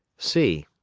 c.